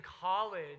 college